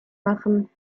machen